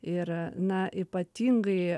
ir na ypatingai